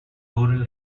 rural